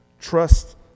Trust